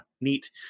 neat